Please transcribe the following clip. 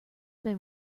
been